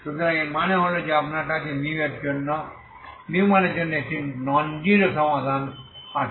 সুতরাং এর মানে হল যে আপনার কাছে মানের জন্য একটি ননজিরো সমাধান আছে